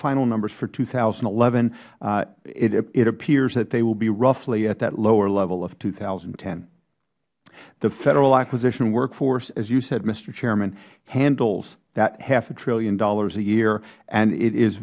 final numbers for two thousand and eleven it appears that they will be roughly at that lower level of two thousand and ten the federal acquisition workforce as you said mister chairman handles that half a trillion dollars a year and it is